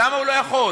למה הוא לא יכול?